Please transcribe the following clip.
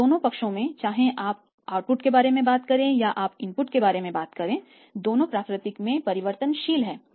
और दोनों पक्षों में चाहे आप आउटपुट के बारे में बात करते हैं या आप इनपुट के बारे में बात करते हैं दोनों प्रकृति में परिवर्तनशील हैं